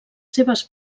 seves